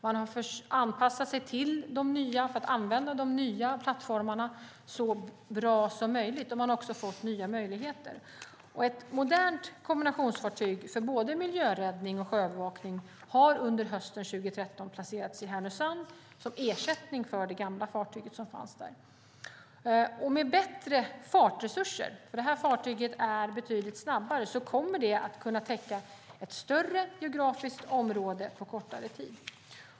Man har anpassat sig för att använda de nya plattformarna så bra som möjligt. Man har också fått nya möjligheter. Ett modernt kombinationsfartyg för både miljöräddning och sjöövervakning har under hösten 2013 placerats i Härnösand, som ersättning för det gamla fartyg som fanns där. Med bättre fartresurser - det här fartyget är betydligt snabbare - kommer det att kunna täcka ett större geografiskt område på kortare tid.